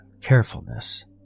carefulness